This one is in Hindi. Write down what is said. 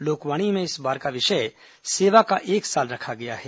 लोकवाणी में इस बार का विषय सेवा का एक साल रखा गया है